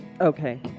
Okay